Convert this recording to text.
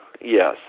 yes